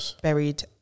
buried